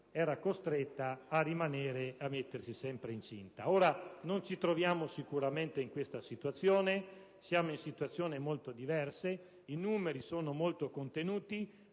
era costretta ad essere sempre incinta. Ora non ci troviamo sicuramente in questa situazione, siamo in situazioni molto diverse: i numeri sono molto contenuti,